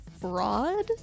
fraud